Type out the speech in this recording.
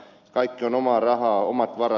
kaikki on omaa rahaa omat varat